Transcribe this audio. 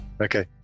Okay